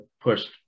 pushed